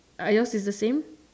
are yours is the same